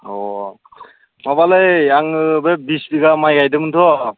अ माबालै आङो बे बिस बिगा माइ गायदोंमोनथ'